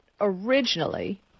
originally